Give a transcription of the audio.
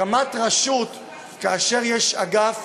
הקמת רשות כאשר יש אגף